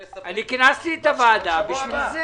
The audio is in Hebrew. כינסתי את הוועדה בשביל זה.